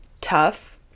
Tough